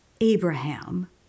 Abraham